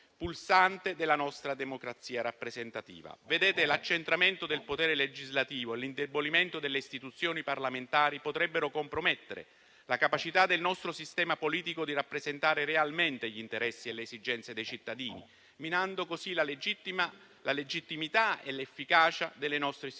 pulsante della nostra democrazia rappresentativa. Vedete: l'accentramento del potere legislativo e l'indebolimento delle istituzioni parlamentari potrebbero compromettere la capacità del nostro sistema politico di rappresentare realmente gli interessi e le esigenze dei cittadini, minando così la legittimità e l'efficacia delle nostre istituzioni